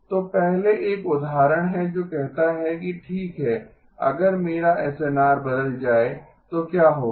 तो पहले एक उदाहरण है जो कहता है कि ठीक है अगर मेरा एसएनआर बदल जाए तो क्या होगा